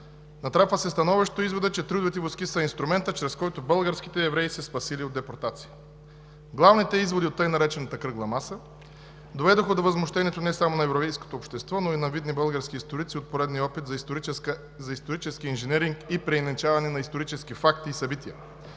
Натрапва се становището и изводът, че трудовите войски са инструментът, чрез който българските евреи са се спасили от депортация. Главните изводи от така наречената кръгла маса доведоха до възмущението не само на еврейското общество, но и на видни български историци от поредния опит за исторически инженеринг и преиначаване на исторически факти и събития.